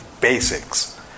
basics